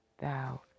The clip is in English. thou